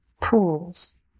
pools